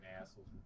assholes